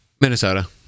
Minnesota